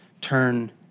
Turn